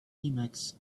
emacs